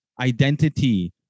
Identity